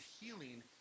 healing